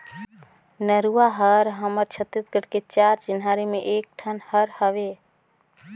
नरूवा हर हमर छत्तीसगढ़ के चार चिन्हारी में एक ठन हर हवे